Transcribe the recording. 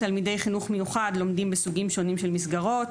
תלמידי חינוך מיוחד לומדים בסוגים שונים של מסגרות,